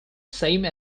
same